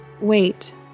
Wait